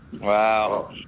Wow